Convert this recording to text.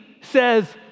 says